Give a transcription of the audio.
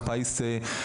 משרד החינוך מתקצב, שהוא